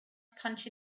punch